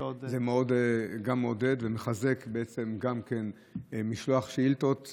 זה גם מעודד ומחזק משלוח שאילתות.